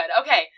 Okay